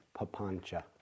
Papancha